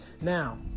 Now